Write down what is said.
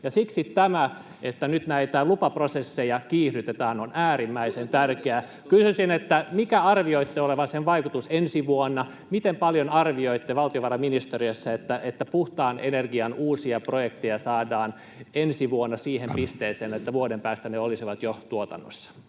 siksi tämä, että nyt näitä lupaprosesseja kiihdytetään, on äärimmäisen tärkeää. Kysyisin: Minkä arvioitte olevan sen vaikutuksen ensi vuonna? Miten paljon arvioitte valtiovarainministeriössä, että puhtaan energian uusia projekteja saadaan ensi vuonna siihen pisteeseen, että vuoden päästä ne olisivat jo tuotannossa?